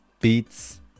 beats